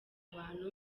abantu